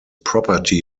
property